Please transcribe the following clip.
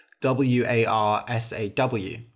W-A-R-S-A-W